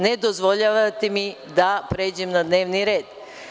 Ne dozvoljavate mi da pređem na dnevni red.